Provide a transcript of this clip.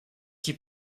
qui